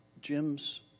Jim's